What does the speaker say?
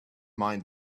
mind